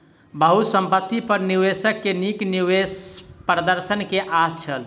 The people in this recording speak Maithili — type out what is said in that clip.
बहुसंपत्ति पर निवेशक के नीक निवेश प्रदर्शन के आस छल